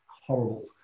horrible